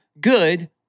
good